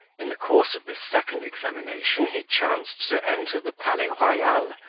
in the course of this second examination he chanced to enter the palais royal,